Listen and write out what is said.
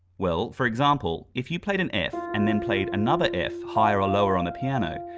well, for example, if you played an f and then played another f higher or lower on the piano,